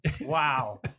Wow